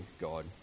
God